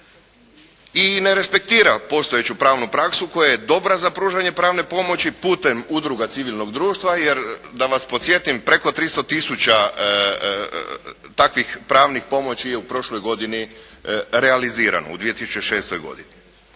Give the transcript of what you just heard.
i ne respektira postojeću pravnu praksu koja je dobra za pružanje pravne pomoći putem udruga civilnog društva jer da vas podsjetim preko 300 tisuća takvih pravnih pomoći je u prošloj godini realizirano u 2006. godini.